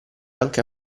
anche